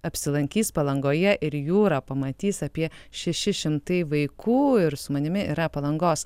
apsilankys palangoje ir jūrą pamatys apie šeši šimtai vaikų ir su manimi yra palangos